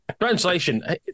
translation